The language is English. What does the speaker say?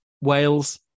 Wales